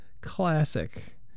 Classic